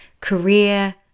career